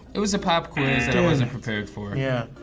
it was a pop quiz that i wasn't prepared for. yeah.